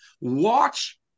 Watch